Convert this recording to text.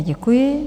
Děkuji.